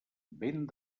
vent